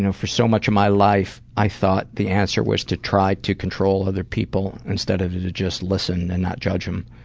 you know for so much of my life, i thought the answer was to try to control other people instead of to to just listen and not judge them.